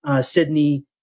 Sydney